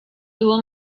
tuvo